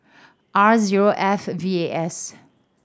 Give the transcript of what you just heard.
R zero F V A S